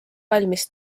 valmis